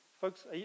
Folks